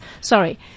sorry